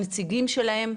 הנציגים שלהם,